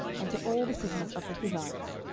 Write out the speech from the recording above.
and to all the cities of the hivites,